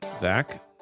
Zach